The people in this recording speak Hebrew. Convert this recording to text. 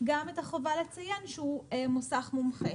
גם את החובה לציין שהוא מוסך מומחה.